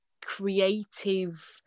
creative